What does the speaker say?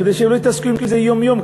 כדי שלא יתעסקו בזה יום-יום,